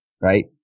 right